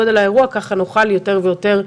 יעדים שגובשו באופן משותף יחד איתנו ועם הפרקליטות.